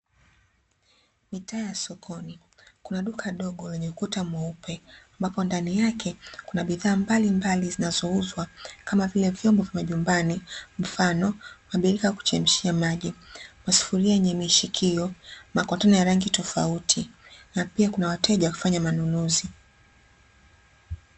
Mitaa ya sokoni, kuna duka dogo lenye ukuta mweupe ambapo ndani yake kuna bidhaa mbalimbali zinazouzwa, kama vile vyombo vya majumbani, mfano; mabirika ya kuchemshia maji, masufuria yenye mishikio, makontena ya rangi tofauti, na pia kuna wateja wakifanya manunuzi.